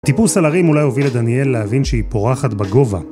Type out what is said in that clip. טיפוס על הרים אולי הוביל את דניאל להבין שהיא פורחת בגובה.